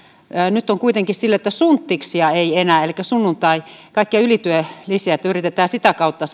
nyt on kuitenkin silleen että sunttiksia elikkä sunnuntailisiä kaikkia ylityölisiä ei enää makseta yritetään sitä kautta